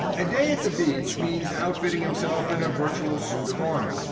a day at the beach means outfitting himself in a virtual suit of armor.